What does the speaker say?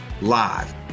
live